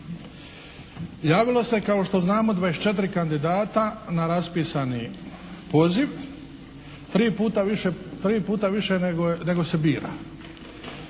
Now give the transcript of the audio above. Javila se kao što znamo 24 kandidata na raspisani poziv, 3 puta više nego se bira.